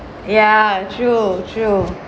ya true true